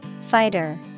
Fighter